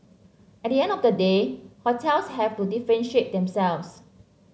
at the end of the day hotels have to differentiate themselves